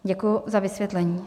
Děkuji za vysvětlení.